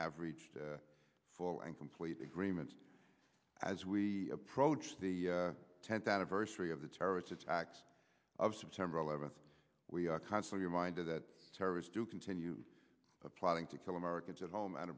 have reached a full and complete agreement as we approach the tenth anniversary of the terrorist attacks of september eleventh we are constantly reminded that terrorists do continue plotting to kill americans at home